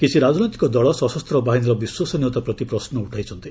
କିଛି ରାଜନୈତିକ ଦଳ ସଶସ୍ତ ବାହିନୀର ବିଶ୍ୱସନୀୟତା ପ୍ରତି ପ୍ରଶ୍ନ ଉଠାଇଛନ୍ତି